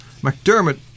McDermott